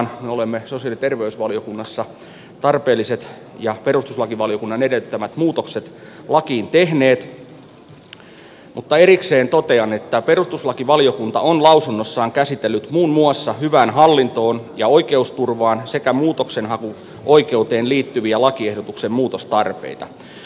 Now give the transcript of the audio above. me olemme sosiaali ja terveysvaliokunnassa tarpeelliset ja perustuslakivaliokunnan edellyttämät muutokset lakiin tehneet mutta erikseen totean että perustuslakivaliokunta on lausunnossaan käsitellyt muun muassa hyvään hallintoon ja oikeusturvaan sekä muutoksenhakuoikeuteen liittyviä lakiehdotuksen muutostarpeita